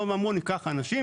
באו ואמרו ניקח אנשים,